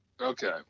Okay